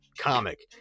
comic